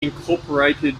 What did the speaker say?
incorporated